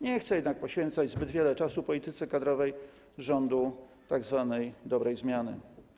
Nie chcę jednak poświęcać zbyt wiele czasu polityce kadrowej rządu tzw. dobrej zmiany.